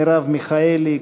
מרב מיכאלי,